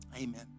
amen